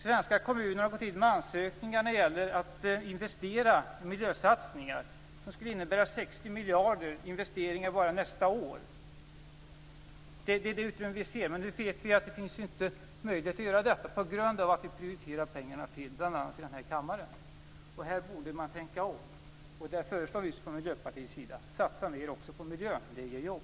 Svenska kommuner har lämnat in ansökningar när det gäller att investera i miljösatsningar. Det skulle innebära 60 miljarder i investeringar bara nästa år. Det är det utrymme som vi ser men vi vet att det inte finns möjligheter att göra detta på grund av att pengarna prioriteras fel. Det gäller bl.a. i denna kammare. Här borde man tänka om. Vi i Miljöpartiet säger därför: Satsa mera också på miljön, för det ger jobb!